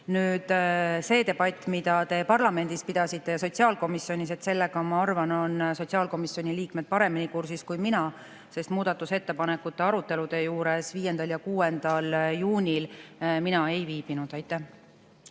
Nüüd, selle debatiga, mida te parlamendis pidasite ja sotsiaalkomisjonis, ma arvan, on sotsiaalkomisjoni liikmed paremini kursis kui mina, sest muudatusettepanekute arutelude juures 5. ja 6. juunil mina ei viibinud. Nii